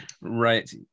Right